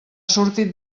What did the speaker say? sortit